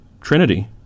trinity